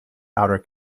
outer